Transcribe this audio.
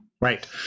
Right